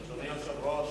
אדוני היושב-ראש,